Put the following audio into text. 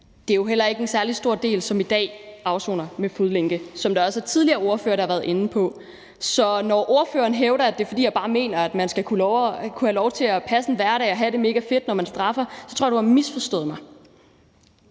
Det er jo heller ikke en særlig stor del, som i dag afsoner med fodlænke, som der også er tidligere ordførere der har været inde på. Så når ordføreren hævder, at det bare er, fordi jeg mener, at man skal kunne have lov til at passe en hverdag og have det megafedt, når man straffes, så tror jeg, du har misforstået mig.